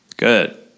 Good